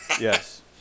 Yes